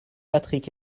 patrick